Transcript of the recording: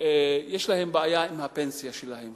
יש בעיה עם הפנסיה שלהם.